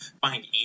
find